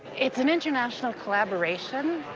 it's an international collaboration.